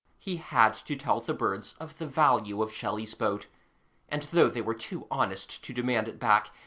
he had to tell the birds of the value of shelley's boat and though they were too honest to demand it back,